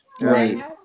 Right